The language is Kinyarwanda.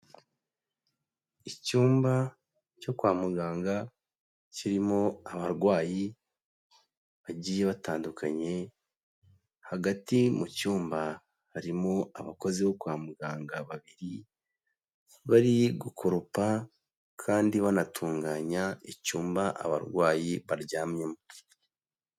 Icyumba cyo kwa muganga, kirimo abarwayi bagiye batandukanye, hagati mu cyumba harimo abakozi bo kwa muganga babiri, bari gukoropa kandi banatunganya icyumba abarwayi baryamyemo.